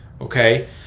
okay